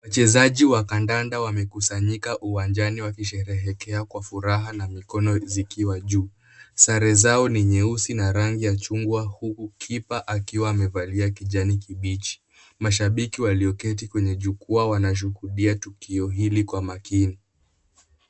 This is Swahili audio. Wachezaji wa kandanda wamekusanyika uwanjani wakisherehekea kwa furaha na mikono zikiwa juu, sare zao ni nyeusi na rangi ya chungwa huku kipa akiwa amevalia kijani kibichi, mashabiki walioketi kwenye jukwaa wanashuhudia tukio hili kwa makini.